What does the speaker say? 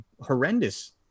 horrendous